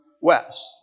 west